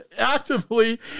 Actively